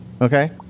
okay